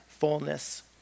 fullness